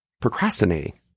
procrastinating